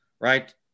right